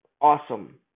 Awesome